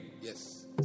Yes